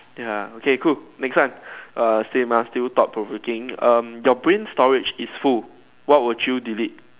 ya okay cool next one err same ah still thought provoking um your brain storage is full what would you delete